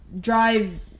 drive